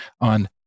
on